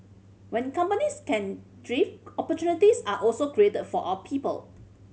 when companies can drift opportunities are also created for our people